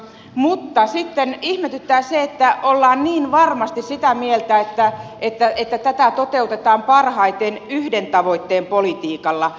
mutta sitten ihmetyttää se että ollaan niin varmasti sitä mieltä että tätä toteutetaan parhaiten yhden tavoitteen politiikalla